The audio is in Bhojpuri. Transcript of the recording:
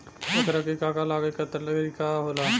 ओकरा के का का लागे ला का तरीका होला?